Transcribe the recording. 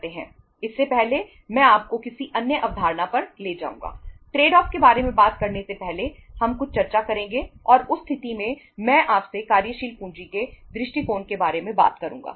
तो trade off के बारे में बात करने से पहले हम कुछ चर्चा करेंगे और उस स्थिति में मैं आपसे कार्यशील पूंजी के दृष्टिकोण के बारे में बात करूंगा